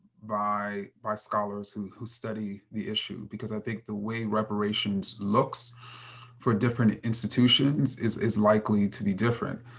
by by scholars who who study the issue, because i think the way reparations looks for different institutions is is likely to be different.